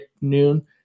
noon